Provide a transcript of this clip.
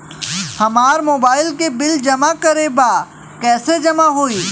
हमार मोबाइल के बिल जमा करे बा कैसे जमा होई?